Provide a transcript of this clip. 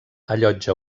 allotja